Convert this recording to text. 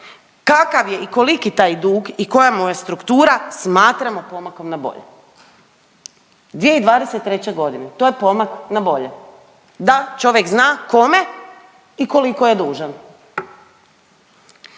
kakav je i koliki taj dug i koja mu je struktura, smatramo pomakom na bolje, 2023.g. to je pomak na bolje, da čovjek zna kome i koliko je dužan.